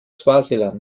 swasiland